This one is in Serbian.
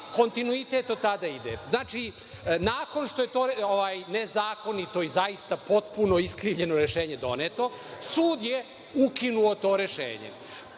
kontinuitet od tada ide, znači, nakon što je to nezakonito i zaista potpuno iskrivljeno rešenje doneto, sud je ukinuo to rešenje.